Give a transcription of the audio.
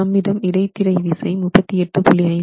நம்மிடம் இடைத்திரை விசை 38